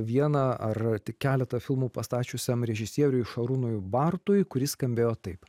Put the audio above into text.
vieną ar tik keletą filmų pastačiusiam režisieriui šarūnui bartui kuris skambėjo taip